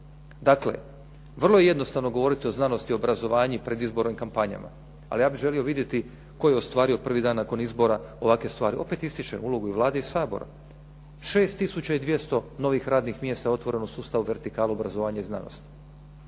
Dakle, vrlo je jednostavno govoriti o znanosti i obrazovanju pred izbornim kampanjama, ali ja bih želio vidjeti tko je ostvario prvi dan nakon izbora ovakve stvari. Opet ističem ulogu i Vlade i Sabora. 6 tisuća i 200 novih radnih mjesta otvoreno u sustavu vertikale obrazovanja i znanosti.